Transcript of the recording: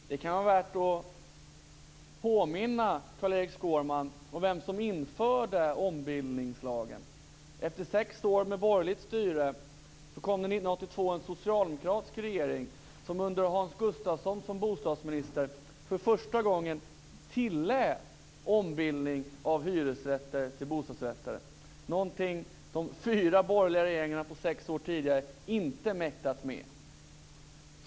Herr talman! Det kan vara värt att påminna Carl Erik Skårman om vem som införde ombildningslagen. Efter sex år med borgerligt styre kom 1982 en socialdemokratisk regering som under Hans Gustafsson som bostadsminister för första gången tillät ombildning av hyresrätter till bostadsrätter, någonting de fyra borgerliga regeringarna sex år tidigare inte mäktat med.